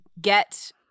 get